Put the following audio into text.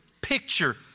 picture